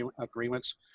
agreements